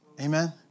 Amen